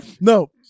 No